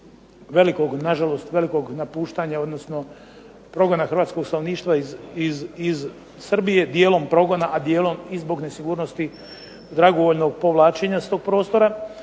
velikog, na žalost velikog napuštanja, odnosno progona hrvatskog stanovništva iz Srbije, dijelom progona, a dijelom i zbog nesigurnosti dragovoljnog povlačenja s tog prostora.